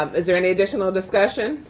um is there any additional discussion?